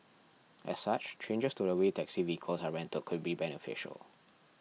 as such changes to the way taxi vehicles are rented could be beneficial